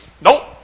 Nope